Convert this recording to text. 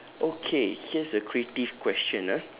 okay here's a creative question ah